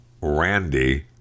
Randy